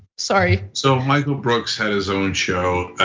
sorry. so michael brooks had his own show.